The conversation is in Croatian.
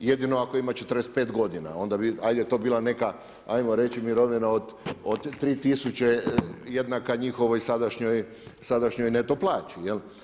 Jedino ako ima 45 godina onda bi hajde to bila neka hajmo reći mirovina od 3 tisuće jednaka njihovog sadašnjoj neto plaći.